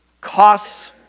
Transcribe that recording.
costs